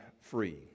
free